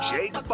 Jake